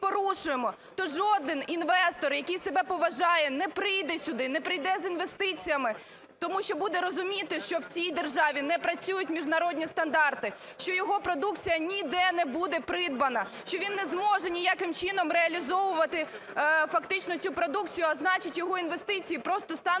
то жоден інвестор, який себе поважає, не прийде сюди, не прийде з інвестиціями, тому що буде розуміти, що в цій державі не працюють міжнародні стандарти, що його продукція ніде не буде придбана, що він не зможе ніяким чином реалізовувати фактично цю продукцію, а значить, його інвестиції просто стануть